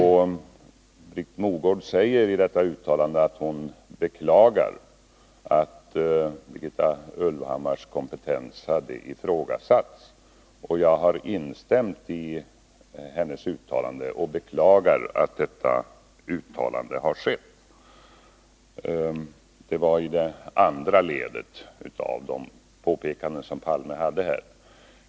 Hon säger i detta uttalande att hon beklagar att Birgitta Ulvhammars kompetens ifrågasattes. Jag har instämt i Britt Mogårds uttalande och beklagar att statssekreterarens uttalande gjordes. Detta var det andra ledet av de påpekanden som Olof Palme gjorde här.